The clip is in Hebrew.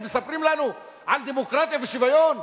ומספרים לנו על דמוקרטיה ושוויון?